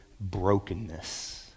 brokenness